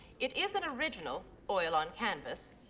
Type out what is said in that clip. it is an original. oil on canvas.